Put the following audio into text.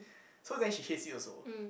so then she hates it also